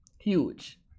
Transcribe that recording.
huge